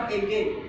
again